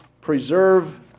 preserve